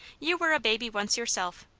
you were a baby once yourself,